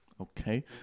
Okay